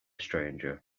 stranger